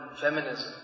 feminism